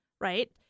right